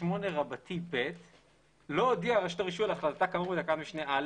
28ב "לא הודיעה רשותך הרישוי על החלטה כאמור בפסקת משנה (א),